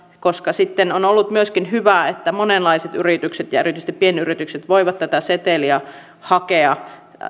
koska on ollut myöskin hyvä että monenlaiset yritykset ja erityisesti pienyritykset voivat tätä seteliä hakea